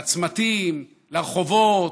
לצמתים, לרחובות,